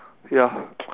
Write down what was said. ya th~